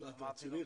לא טעיתי.